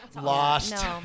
lost